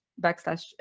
backslash